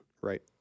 Right